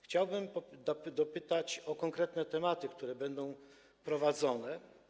Chciałbym dopytać o konkretne tematy, które będą poruszane.